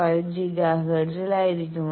5 giga ഹെർട്സിൽ ആയിരിക്കും